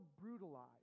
brutalized